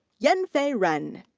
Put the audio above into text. yanfei ren.